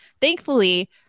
thankfully